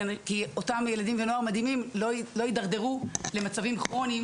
כי אותם ילדים ונוער מדהימים לא יידרדרו למצבים כרוניים